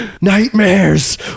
Nightmares